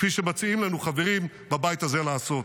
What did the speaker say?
כפי שמציעים לנו חברים בבית הזה לעשות,